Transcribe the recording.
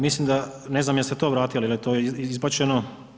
Mislim da, ne znam jeste li to vratili ili je to izbačeno.